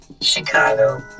Chicago